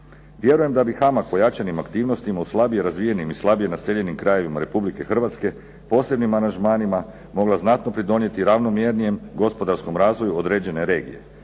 Vjerujem da bi HAMAG pojačanim aktivnostima u slabije razvijenim i slabije naseljenim područjima Republike Hrvatske posebnim aranžmanima mogla znatno pridonijeti ravnomjernijem gospodarskom razvoju određene regije,